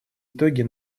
итоги